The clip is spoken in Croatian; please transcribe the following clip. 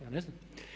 Ja ne znam.